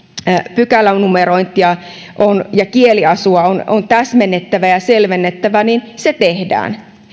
pykälänumerointia ja kieliasua on täsmennettävä ja selvennettävä niin se tehdään